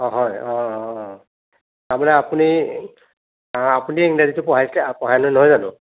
অঁ হয় অঁ অঁ তাৰমানে আপুনি আপুনি ইংৰাজীটো পঢ়াইছিলে পঢ়ায় ন' নহয় জানো